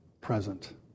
present